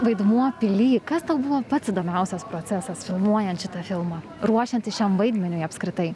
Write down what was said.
vaidmuo pily kas tau buvo pats įdomiausias procesas filmuojant šitą filmą ruošiantis šiam vaidmeniui apskritai